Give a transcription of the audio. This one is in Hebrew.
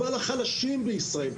טובה לחלשים בישראל,